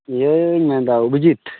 ᱤᱭᱟᱹᱧ ᱢᱮᱱᱮᱫᱟ ᱚᱵᱷᱤᱡᱤᱛ